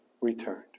returned